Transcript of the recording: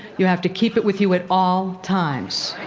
you have to keep it with you at all times.